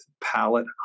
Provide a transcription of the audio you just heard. Palette